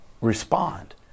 respond